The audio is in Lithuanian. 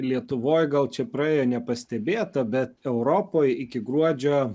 lietuvoj gal čia praėjo nepastebėta bet europoj iki gruodžio